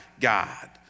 God